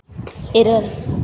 ᱤᱨᱟᱹᱞ